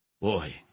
Boy